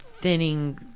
thinning